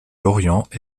lorient